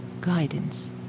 guidance